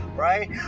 Right